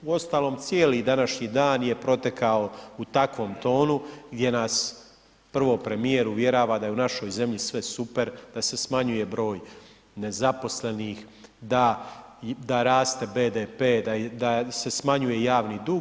Uostalom, cijeli današnji dan je protekao u takvom tonu gdje nas prvo premijer uvjerava da je u našoj zemlji sve super, da se smanjuje broj nezaposlenih, da raste BDP, da se smanjuje javni dug.